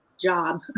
job